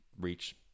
reach